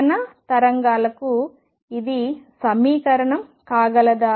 కణ తరంగాలకు ఇది సమీకరణం కాగలదా